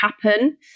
happen